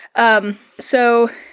um, so,